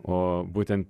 o būten